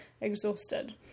exhausted